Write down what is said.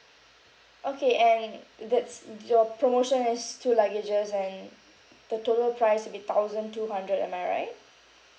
okay and th~ that's your promotion is two luggages and the total price would be thousand two hundred am I right